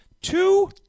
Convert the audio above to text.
two